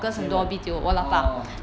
谁来的 orh